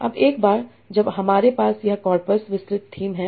अब एक बार जब हमारे पास यह कॉर्पस विस्तृत थीम है